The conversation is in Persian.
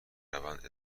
روند